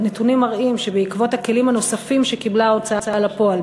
שבעקבות הכלים הנוספים שקיבלה ההוצאה לפועל,